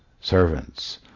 servants